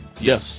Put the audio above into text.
Yes